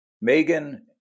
Megan